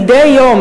מדי יום,